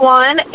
one